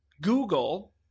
Google